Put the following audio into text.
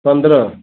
पंद्रह